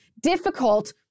difficult